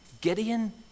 Gideon